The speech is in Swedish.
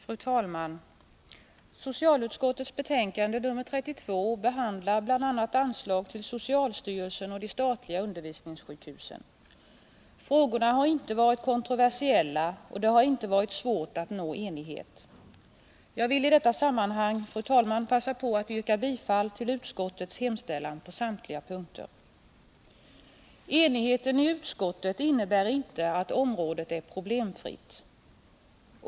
Fru talman! Socialutskottets betänkande nr 32 behandlar bl.a. anslag till socialstyrelsen och de statliga undervisningssjukhusen. Frågorna har inte varit kontroversiella, och det har inte varit svårt att nå enighet. Jag vill i detta sammanhang, fru talman, passa på att yrka bifall till utskottets hemställan på samtliga punkter. Enigheten i utskottet innebär inte att området är problemfritt.